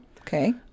Okay